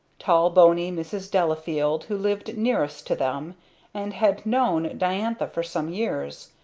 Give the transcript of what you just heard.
tall bony mrs. delafield who lived nearest to them and had known diantha for some years,